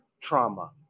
trauma